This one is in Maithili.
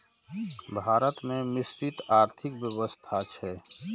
भारत मे मिश्रित आर्थिक व्यवस्था छै